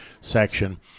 section